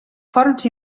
forns